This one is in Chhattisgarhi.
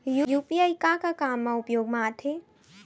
यू.पी.आई का का काम मा उपयोग मा आथे?